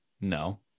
No